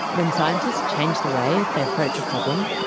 when scientists change the way they approach a problem,